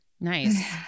nice